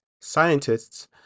Scientists